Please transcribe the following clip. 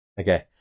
Okay